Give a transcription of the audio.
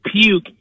puke